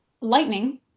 lightning